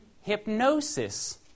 hypnosis